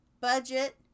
budget